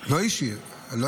אישי, כן?